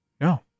no